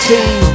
Team